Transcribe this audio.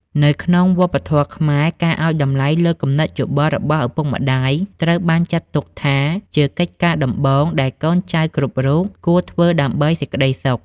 នៅក្នុងវប្បធម៌ខ្មែរ ការឱ្យតម្លៃលើគំនិតយោបល់របស់ឪពុកម្ដាយ ត្រូវបានចាត់ទុកថាជាកិច្ចការដំបូងដែលកូនចៅគ្រប់រូបគួរធ្វើដើម្បីសេចក្ដីសុខ។